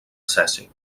cesi